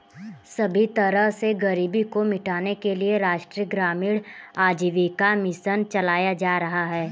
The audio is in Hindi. सभी तरह से गरीबी को मिटाने के लिये राष्ट्रीय ग्रामीण आजीविका मिशन चलाया जा रहा है